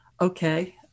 okay